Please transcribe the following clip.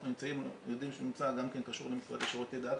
אנחנו יודעים שהוא נמצא קשור גם למשרד לשירותי דת,